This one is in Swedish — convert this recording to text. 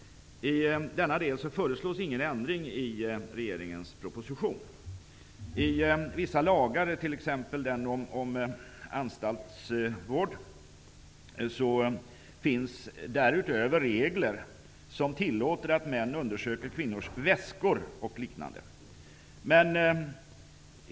I denna del föreslås ingen ändring i regeringens proposition. I vissa lagar, t.ex. i den om anstaltsvård, finns därutöver regler som tillåter att män undersöker kvinnors väskor, och liknande.